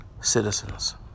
citizens